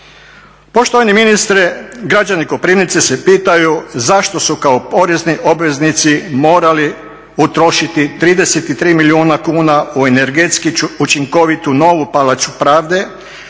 Poštovani ministre, građani Koprivnice se pitaju zašto su kao porezni obveznici morali utrošiti 33 milijuna kuna u energetski učinkovitu novu palaču pravde,